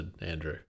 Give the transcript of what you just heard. Andrew